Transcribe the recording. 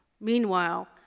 Meanwhile